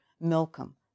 Milcom